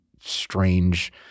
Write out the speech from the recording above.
strange